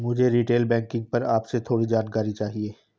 मुझे retail banking पर आपसे थोड़ी जानकारी चाहिए